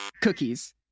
Cookies